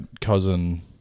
cousin